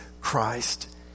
Christ